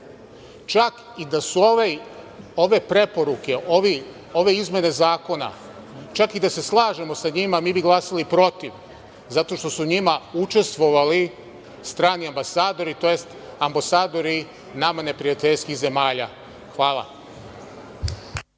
Čak i da su ove preporuke, ove izmene zakona, čak i da se slažemo sa njima, mi bi glasali protiv, zato što su u njima učestvovali strani ambasadori, tj. ambasadori nama neprijateljskih zemalja. Hvala.